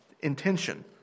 intention